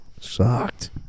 Sucked